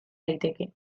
daiteke